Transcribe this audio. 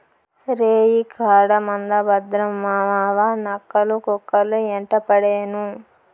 రేయికాడ మంద భద్రం మావావా, నక్కలు, కుక్కలు యెంటపడేను